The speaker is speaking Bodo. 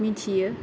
मिथियो